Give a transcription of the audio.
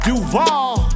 Duvall